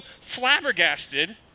flabbergasted